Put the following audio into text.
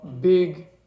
big